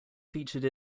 featured